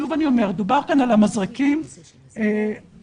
שוב אני אומרת, דובר כאן על המזרקים ועל הכשרות